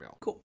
cool